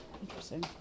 interesting